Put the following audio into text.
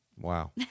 Wow